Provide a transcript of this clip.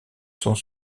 sont